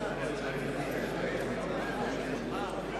קדימה להביע